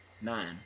Nine